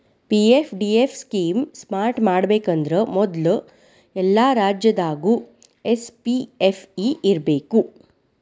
PFDF scheme start ಮಾಡಬೇಕಂದ್ರ ಮೊದ್ಲು ಎಲ್ಲಾ ರಾಜ್ಯದಾಗು ಎಸ್.ಪಿ.ಎಫ್.ಇ ಇರ್ಬೇಕು